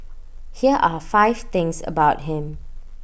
here are five things about him